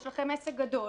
יש לכם עסק גדול